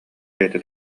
бэйэтэ